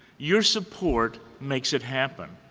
your support makes it happen.